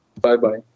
Bye-bye